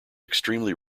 extremely